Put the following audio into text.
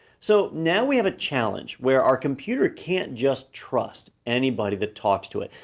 so now, we have a challenge, where our computer can't just trust anybody that talks to it.